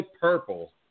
purple